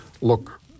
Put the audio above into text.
look